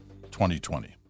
2020